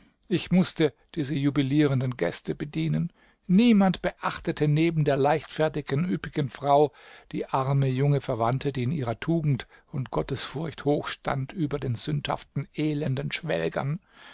ich mußte diese jubilierenden gäste bedienen niemand beachtete neben der leichtfertigen üppigen frau die arme junge verwandte die in ihrer tugend und gottesfurcht hoch stand über den sündhaften elenden schwelgern